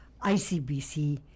ICBC